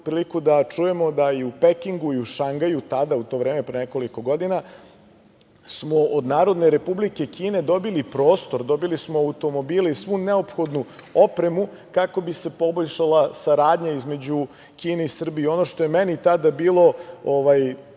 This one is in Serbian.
priliku da čujem da i u Pekingu i u Šangaju, tada, u to vreme pre nekoliko godina, smo od Narodne Republike Kine dobili prostor, dobili smo automobile i svu neophodnu opremu, kako bi se poboljšala saradnja između Kine i Srbije. Ono što je meni tada bilo